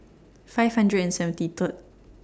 five hundred and seventy Third